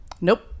nope